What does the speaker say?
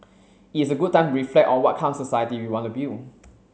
it is a good time reflect on what kind of society we want to build